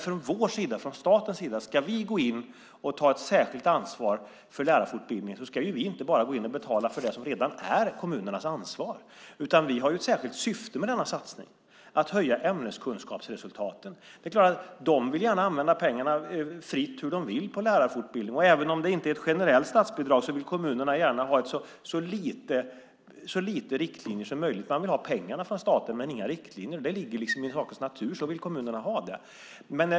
Men ska vi från statens sida gå in och ta ett särskilt ansvar för lärarfortbildningen ska vi inte bara gå in och betala för det som redan är kommunernas ansvar. Vi har ju ett särskilt syfte med denna satsning: att höja ämneskunskapsresultaten. De vill gärna använda pengarna fritt hur de vill på lärarfortbildning, och även om det inte är ett generellt statsbidrag vill kommunerna gärna ha så lite riktlinjer som möjligt. Man vill ha pengarna från staten men inga riktlinjer. Det ligger liksom i sakens natur. Så vill kommunerna ha det.